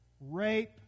rape